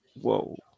Whoa